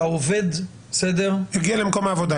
שהעובד -- הגיע למקום העבודה,